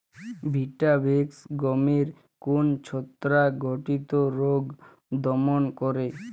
Vitavax গমের কোন ছত্রাক ঘটিত রোগ দমন করে?